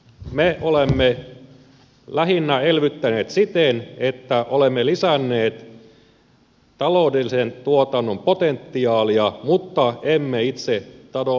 me olemme elvyttäneet lähinnä siten että olemme lisänneet taloudellisen tuotannon potentiaalia mutta emme itse taloudellista tuotantoa